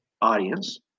audience